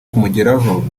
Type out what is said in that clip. kumugeraho